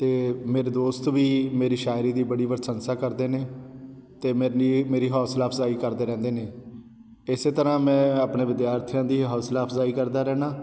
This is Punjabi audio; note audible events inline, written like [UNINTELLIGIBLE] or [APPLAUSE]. ਅਤੇ ਮੇਰੇ ਦੋਸਤ ਵੀ ਮੇਰੀ ਸ਼ਾਇਰੀ ਦੀ ਬੜੀ ਪ੍ਰਸ਼ੰਸਾ ਕਰਦੇ ਨੇ ਅਤੇ [UNINTELLIGIBLE] ਮੇਰੀ ਹੌਸਲਾ ਅਫਜ਼ਾਈ ਕਰਦੇ ਰਹਿੰਦੇ ਨੇ ਇਸੇ ਤਰ੍ਹਾਂ ਮੈਂ ਆਪਣੇ ਵਿਦਿਆਰਥੀਆਂ ਦੀ ਹੌਸਲਾ ਅਫਜ਼ਾਈ ਕਰਦਾ ਰਹਿੰਦਾ